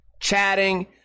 chatting